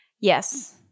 Yes